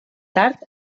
tard